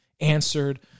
answered